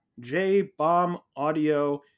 JBombAudio